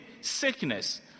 sickness